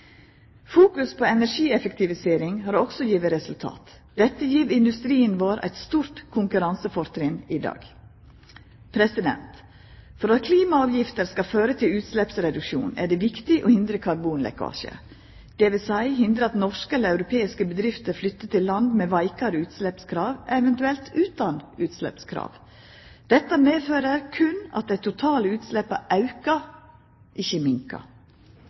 Fokus på energieffektivisering har også gjeve resultat. Dette gjev industrien vår eit stort konkurransefortrinn i dag. For at klimaavgifter skal føra til utsleppsreduksjon, er det viktig å hindra karbonlekkasje, dvs. hindra at norske eller europeiske bedrifter flytter til land med veikare utsleppskrav, eventuelt utan utsleppskrav. Dette medfører berre at dei totale utsleppa aukar, ikkje minkar.